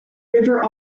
river